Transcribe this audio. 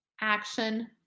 action